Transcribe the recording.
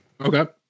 Okay